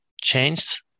changed